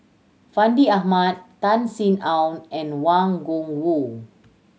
Fandi Ahmad Tan Sin Aun and Wang Gungwu